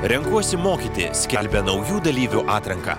renkuosi mokyti skelbia naujų dalyvių atranką